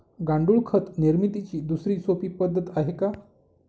गांडूळ खत निर्मितीची दुसरी सोपी पद्धत आहे का?